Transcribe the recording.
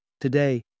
Today